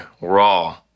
raw